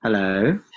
Hello